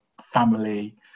family